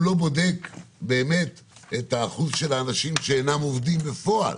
הוא לא בודק באמת את האחוז של האנשים שאינם עובדים בפועל